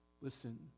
listen